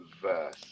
Verse